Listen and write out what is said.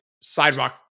sidewalk